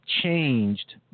changed